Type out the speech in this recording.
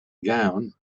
gown